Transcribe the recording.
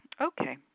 Okay